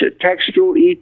textual